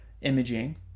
imaging